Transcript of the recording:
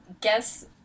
guess